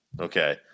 okay